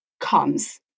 comes